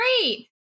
great